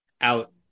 out